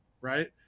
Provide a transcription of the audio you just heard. right